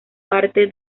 parte